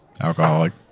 Alcoholic